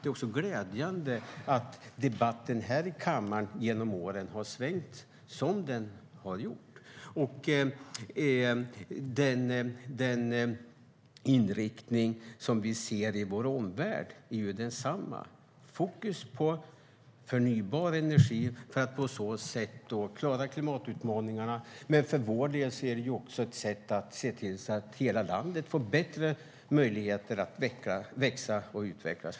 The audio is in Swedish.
Det är också glädjande att debatten här i kammaren har svängt på det sätt den har gjort genom åren. Samma inriktning ser vi i vår omvärld. Fokus är på förnybar energi, för att man på så sätt ska klara klimatutmaningarna. Men för vår del är det också ett sätt att se till att hela landet får bättre möjligheter att växa och utvecklas.